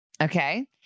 Okay